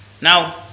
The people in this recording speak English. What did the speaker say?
Now